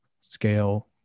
scale